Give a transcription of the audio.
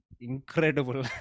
incredible